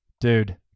Dude